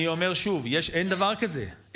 אני אומר שוב, אין דבר כזה.